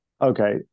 Okay